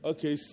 Okay